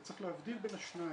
וצריך להבדיל בין השניים.